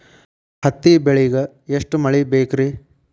ಹತ್ತಿ ಬೆಳಿಗ ಎಷ್ಟ ಮಳಿ ಬೇಕ್ ರಿ?